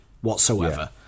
whatsoever